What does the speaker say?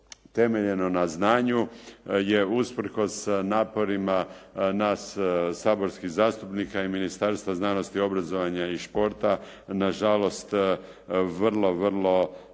temeljeno na znanju je usprkos naporima nas saborskih zastupnika i Ministarstva znanosti, obrazovanja i športa na žalost vrlo, vrlo